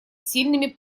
сильными